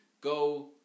go